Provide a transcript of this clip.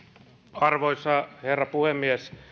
arvoisa herra puhemies